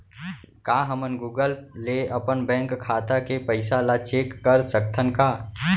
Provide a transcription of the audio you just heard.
का हमन गूगल ले अपन बैंक खाता के पइसा ला चेक कर सकथन का?